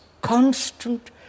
constant